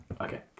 Okay